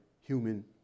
human